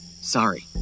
Sorry